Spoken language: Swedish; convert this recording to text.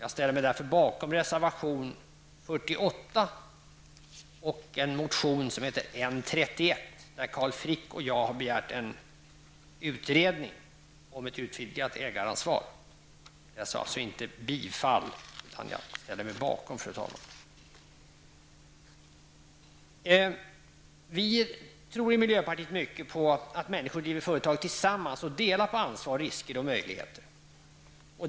Jag ställer mig därför bakom reservation 48 och motion 1990/91:31, där Carl Frick och jag har begärt en utredning om en utvidgning av ägaransvaret. Jag sade alltså inte, fru talman, att vi yrkar bifall utan att jag ställer mig bakom. I miljöpartiet tror vi mycket på att man skall kunna driva företag tillsammans och dela på ansvar, risker och möjligheter.